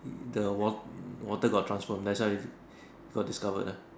the wa~ water got transformed that's why is it got discovered lah